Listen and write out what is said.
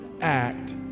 act